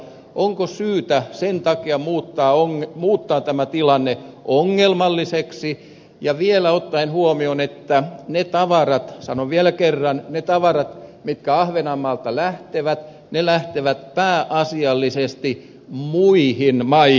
onko syytä sen takia muuttaa ongelmalliseksi ja vielä ottaen huomioon että ne tavarat sanon vielä kerran ne tavarat mitkä ahvenanmaalta lähtevät lähtevät pääasiallisesti muihin maihin